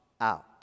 out